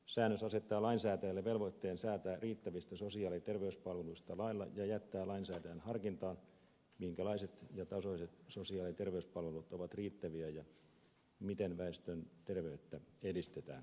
säännös asettaa lainsäätäjälle velvoitteen säätää riittävistä sosiaali ja terveyspalveluista lailla ja jättää lainsäätäjän harkintaan minkälaiset ja tasoiset sosiaali ja terveyspalvelut ovat riittäviä ja miten väestön terveyttä edistetään